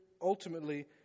ultimately